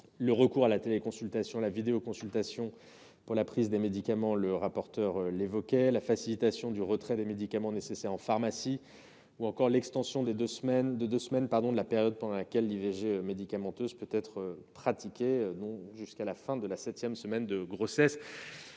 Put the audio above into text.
le recours à la téléconsultation, à la vidéoconsultation pour la prise des médicaments- le rapporteur l'évoquait -, ainsi que la facilitation du retrait des médicaments nécessaires en pharmacie, ou encore l'extension de deux semaines de la période pendant laquelle l'IVG médicamenteuse peut être pratiquée, soit jusqu'à la fin de la septième semaine de grossesse.